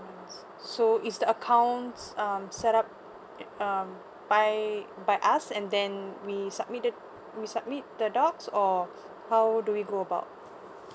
so is the accounts um set up um by by us and then we submit it we submit the docs or how do we go about